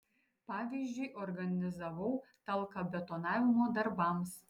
pavyzdžiui organizavau talką betonavimo darbams